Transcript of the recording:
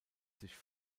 sich